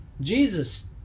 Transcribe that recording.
Jesus